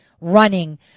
running